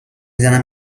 زنم